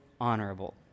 honorable